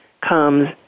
comes